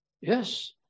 yes